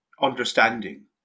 understanding